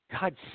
God